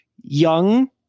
young